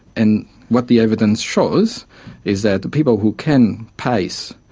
and what the evidence shows is that the people who can pace,